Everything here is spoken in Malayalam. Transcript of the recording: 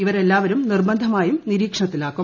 ഇവരെല്ലാവരും നിർബന്ധമായും നിരീക്ഷണത്തിലാക്കും